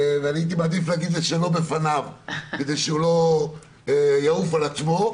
הייתי מעדיף להגיד את זה שלא בפניו כדי שלא יעוף על עצמו,